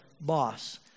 boss